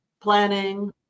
planning